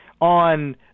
on